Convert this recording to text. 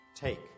Take